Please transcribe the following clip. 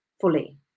fully